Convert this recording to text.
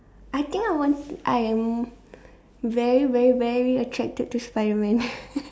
I think I want to I am very very very attracted to Spiderman